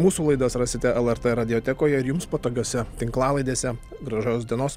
mūsų laidas rasite lrt radiotekoje ir jums patogiose tinklalaidėse gražaus dienos